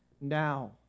now